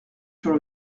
sur